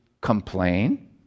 complain